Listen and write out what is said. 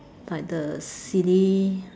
but the silly